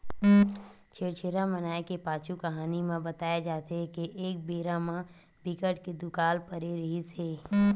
छेरछेरा मनाए के पाछू कहानी म बताए जाथे के एक बेरा म बिकट के दुकाल परे रिहिस हे